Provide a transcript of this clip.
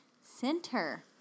center